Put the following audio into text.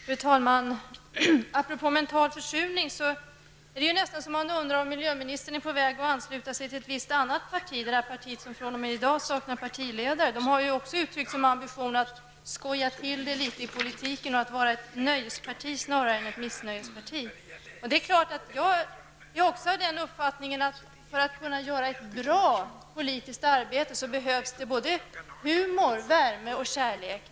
Fru talman! Apropå frågan om mental försurning undrar man nästan om miljöministern är på väg att ansluta sig till ett visst annat parti, som fr.o.m. i dag saknar partiledare. Det partiet har också uttalat som sin ambition att skoja till det litet i politiken och att vara ett nöjesparti snarare än ett missnöjesparti. Jag har också uppfattningen att det för att kunna göra ett bra politiskt arbete behövs både humor, värme och kärlek.